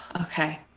Okay